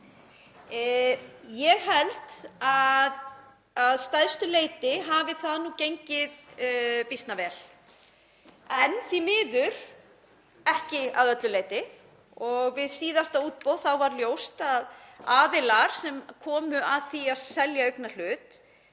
Ég held að að stærstu leyti hafi það nú gengið býsna vel. En því miður ekki að öllu leyti og við síðasta útboð var ljóst að aðilar sem komu að því að selja eignarhlut